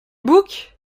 bouc